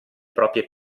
proprie